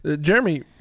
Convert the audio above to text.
Jeremy